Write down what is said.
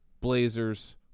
Blazers